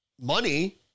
money